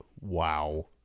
wow